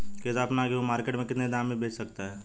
किसान अपना गेहूँ मार्केट में कितने दाम में बेच सकता है?